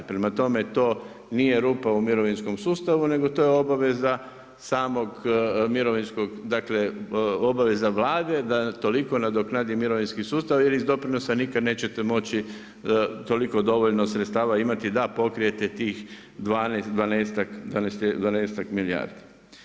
Prema tome, to nije rupa u mirovinskom sustavu, nego to je obaveza samog mirovinskog, dakle obaveza Vlade da toliko nadoknadi mirovinski sustav, jer iz doprinosa nikad nećete moći toliko dovoljno sredstava imati da pokrijete tih dvanaestak milijardi.